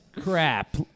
crap